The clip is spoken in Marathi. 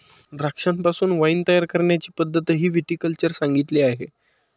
द्राक्षांपासून वाइन तयार करण्याची पद्धतही विटी कल्चर सांगितली आहे